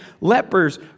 lepers